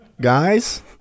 Guys